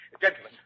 Gentlemen